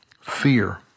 fear